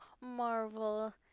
marvel